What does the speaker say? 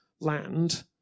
land